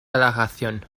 relajación